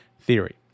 theory